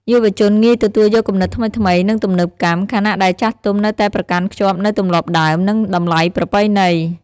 យុវជនងាយទទួលយកគំនិតថ្មីៗ និងទំនើបកម្ម ខណៈដែលចាស់ទុំនៅតែប្រកាន់ខ្ជាប់នូវទម្លាប់ដើម និងតម្លៃប្រពៃណី។